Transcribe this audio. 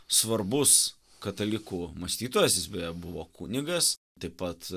svarbus katalikų mąstytojas jis beje buvo kunigas taip pat